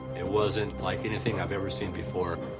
it wasn't like anything i've ever seen before.